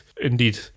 Indeed